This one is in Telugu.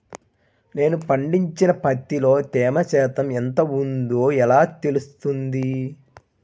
నేను పండించిన పత్తిలో తేమ శాతం ఎంత ఉందో ఎలా తెలుస్తుంది?